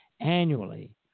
annually